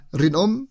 rinom